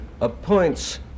appoints